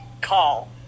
call